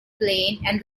plane